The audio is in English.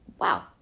wow